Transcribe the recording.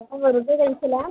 അപ്പം വെറുതെ കഴിച്ചലാണോ